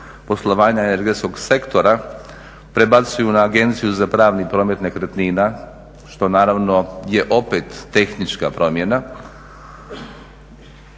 poslovanja energetskog sektora prebacuju na Agenciju za pravni promet nekretnina, što naravno je opet tehnička promjena